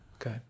Okay